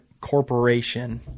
corporation